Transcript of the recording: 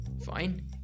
Fine